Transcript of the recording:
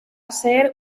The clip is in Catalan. ser